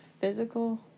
physical